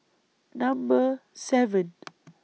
Number seven